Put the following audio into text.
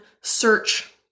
search